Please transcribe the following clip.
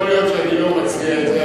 יכול להיות שאני לא מצהיר את זה,